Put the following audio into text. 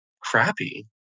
crappy